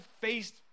faced